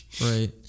Right